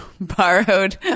borrowed